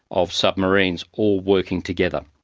of submarines, all working together.